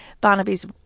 Barnaby's